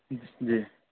جی